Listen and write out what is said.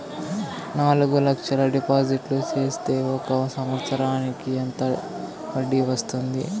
నాలుగు లక్షల డిపాజిట్లు సేస్తే ఒక సంవత్సరానికి ఎంత వడ్డీ వస్తుంది?